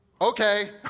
Okay